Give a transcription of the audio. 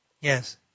Yes